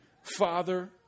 Father